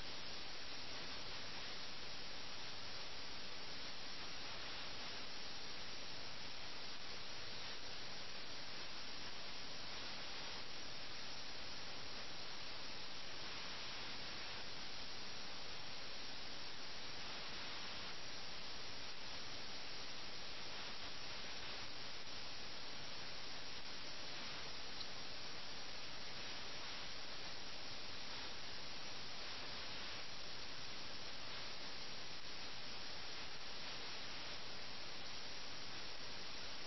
ഒരു പ്രഭുവിൻറെ വീട്ടിൽ നിന്നാണ് കഥ ആരംഭിക്കുന്നത് പിന്നീട് അത് മറ്റൊരു പ്രഭുവിൻറെ വീട്ടിലേക്ക് മാറുന്നു ഒപ്പം നമുക്ക് സമാന്തരതകൾ മനസ്സിലാക്കാൻ കഴിയും അല്ലെങ്കിൽ രണ്ട് വീടുകൾക്കിടയിൽ നമുക്ക് കാണാൻ കഴിയുന്ന സമാനതകൾ ഈ രണ്ട് വീടുകൾക്കും ലഖ്നൌവിലെ സമൂഹം മൊത്തത്തിലും രാജ്യത്തിനുമിടയിൽ നമുക്ക് സമാനതകൾ കാണാൻ കഴിയും